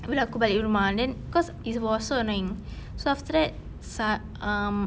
bila aku balik rumah then because it was so annoying so after that saat um